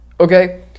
Okay